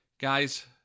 Guys